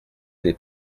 n’est